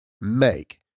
make